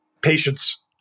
Patience